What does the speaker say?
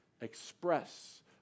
express